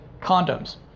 condoms